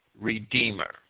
Redeemer